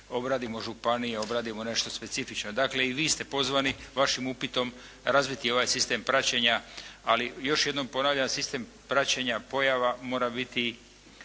obradimo županije, obradimo nešto specifično. Dakle i vi ste pozvani vašim upitom razviti ovaj sistem praćenja. Ali još jednom ponavljam, sistem praćenja pojava mora biti